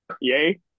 Yay